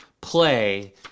play